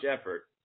effort